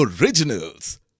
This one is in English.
Originals